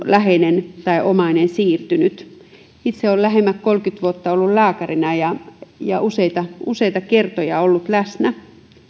läheinen tai omainen on siirtynyt rajan yli itse olen lähemmäs kolmekymmentä vuotta ollut lääkärinä ja ja useita useita kertoja ollut läsnä